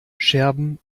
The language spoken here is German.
scherben